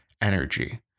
energy